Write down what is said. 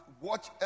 watch